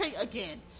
again